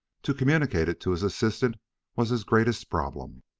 to communicate it to his assistant was his greatest problem.